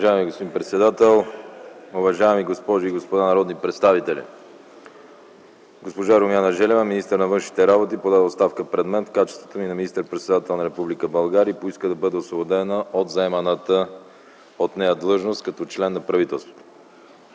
Уважаеми господин председател, уважаеми госпожи и господа народни представители! Госпожа Румяна Желева – министър на външните работи, подаде оставка пред мен в качеството ми на министър-председател на Република България и поиска да бъде освободена от заеманата от нея длъжност като член на правителството.